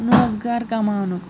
نہ حظ گرٕ کمانُک